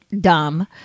dumb